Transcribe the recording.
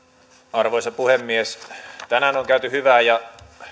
arvoisa puhemies tänään on käyty hyvää ja